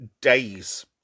days